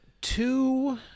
two